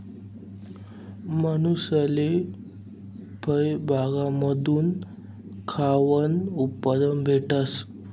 मानूसले फयबागमाथून खावानं उत्पादन भेटस